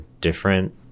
different